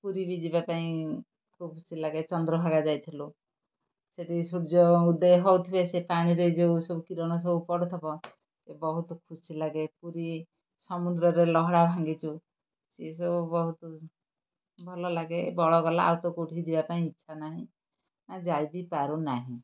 ପୁରୀ ବି ଯିବା ପାଇଁ ଖୁବ୍ ଖୁସି ଲାଗେ ଚନ୍ଦ୍ରଭାଗା ଯାଇଥିଲୁ ସେଇଠି ସୂର୍ଯ୍ୟ ଉଦୟ ହଉଥିବେ ସେ ପାଣିରେ ଯେଉଁ ସବୁ କିରଣ ସବୁ ପଡ଼ୁଥବ ସେ ବହୁତ ଖୁସି ଲାଗେ ପୁରୀ ସମୁଦ୍ରରେ ଲହଡ଼ା ଭାଙ୍ଗିଛୁ ସେ ସବୁ ବହୁତ ଭଲ ଲାଗେ ବଳ ଗଲା ଆଉ ତ କେଉଁଠିକି ଯିବା ପାଇଁ ଇଚ୍ଛା ନାହିଁ ଆଉ ଯାଇ ବି ପାରୁ ନାହିଁ